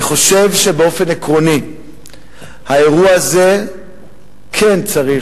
אני חושב שבאופן עקרוני האירוע הזה כן צריך